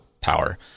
power